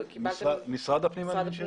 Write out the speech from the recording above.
משרד הפנים.